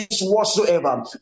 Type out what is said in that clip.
whatsoever